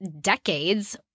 decades